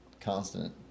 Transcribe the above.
constant